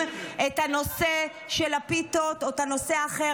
את הנושא של הפיתות או את הנושא האחר,